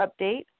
Update